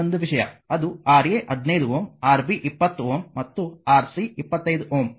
ಅದು Ra 15 Ω Rb 20 Ω ಮತ್ತು Rc 25 Ω star ಅನ್ನು lrmΔಗೆ ಪರಿವರ್ತಿಸಬೇಕು